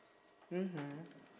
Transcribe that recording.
mmhmm